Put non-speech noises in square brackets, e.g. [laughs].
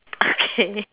okay [laughs]